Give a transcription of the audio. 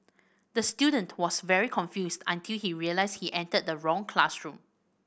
the student was very confused until he realised he entered the wrong classroom